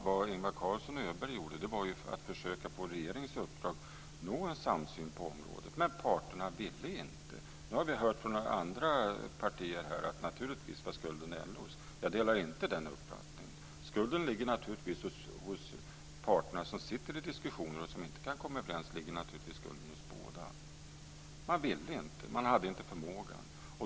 Vad Ingvar Carlsson och Öberg gjorde var att på regeringens uppdrag försöka nå en samsyn på området, men parterna ville inte. Nu har vi hört från andra partier att skulden naturligtvis var LO:s. Jag delar inte den uppfattningen. Skulden ligger naturligtvis hos parterna som sitter i diskussioner och som inte kan komma överens. Skulden ligger hos båda. Man ville inte, man hade inte förmågan.